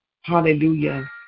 Hallelujah